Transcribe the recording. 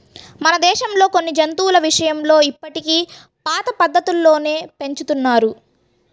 మన దేశంలో కొన్ని జంతువుల విషయంలో ఇప్పటికీ పాత పద్ధతుల్లోనే పెంచుతున్నారు